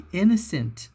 innocent